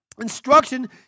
instruction